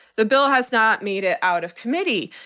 the bill has not made it out of committee.